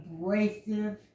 abrasive